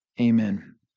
Amen